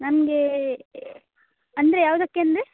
ನಮಗೆ ಅಂದರೆ ಯಾವುದಕ್ಕೆ ಅಂದರೆ